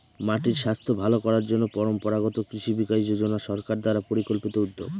মাটির স্বাস্থ্য ভালো করার জন্য পরম্পরাগত কৃষি বিকাশ যোজনা সরকার দ্বারা পরিকল্পিত উদ্যোগ